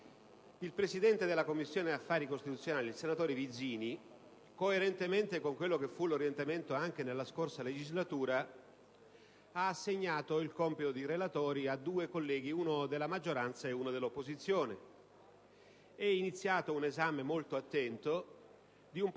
Il Presidente della Commissione affari costituzionali, senatore Vizzini, coerentemente con quello che fu l'orientamento anche nella scorsa legislatura, ha assegnato il compito di relatori a due colleghi, uno della maggioranza e uno dell'opposizione; è quindi iniziato un esame molto attento di un